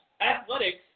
athletics